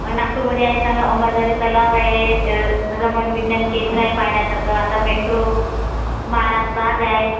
नागपूरमध्ये आहे चांगलं अंबाझरी तलाव आहे रमन विज्ञान केंद्र आहे पाहण्यासारखं आता मेट्रो महाराज बाग आहे